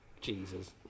Jesus